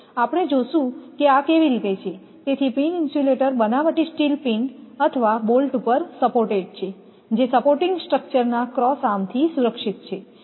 આપણે જોશું કે આ કેવી રીતે છે તેથી પિન ઇન્સ્યુલેટર બનાવટી સ્ટીલ પિન અથવા બોલ્ટ પર સપોર્ટેડ છે જે સપોર્ટિંગ સ્ટ્રક્ચરના ક્રોસ આર્મ થી સુરક્ષિત છે